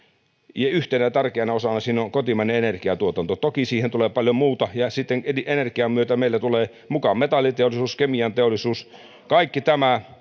ja yhtenä tärkeänä osana siinä on on kotimainen energiantuotanto toki siihen tulee paljon muuta ja sitten energian myötä meillä tulee mukaan metalliteollisuus kemianteollisuus sähköteollisuus kaikki tämä